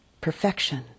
perfection